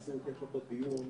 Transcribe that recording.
הנייר פה איננו מסודר.